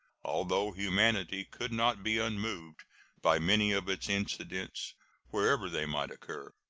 although humanity could not be unmoved by many of its incidents wherever they might occur.